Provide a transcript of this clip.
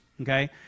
okay